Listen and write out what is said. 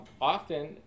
Often